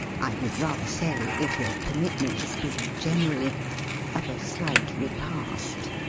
i would rather say, if you'll permit me to speak generally of a slight repast.